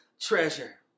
treasure